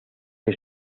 que